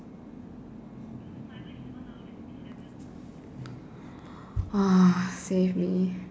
save me